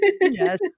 Yes